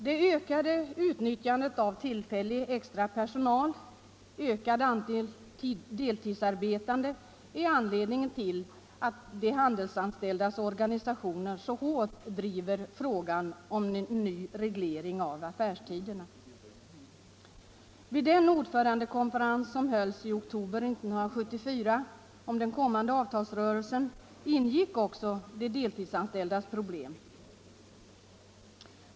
Det ökade utnyttjandet av tillfällig extra personal och den ökade andelen deltidsarbetande är anledningen till att de handelsanställdas organisationer så hårt driver frågan om en ny reglering av affärstiderna. Vid den ordförandekonferens som hölls i oktober 1974 om den kommande avtalsrörelsen berördes också de deltidsanställdas problem.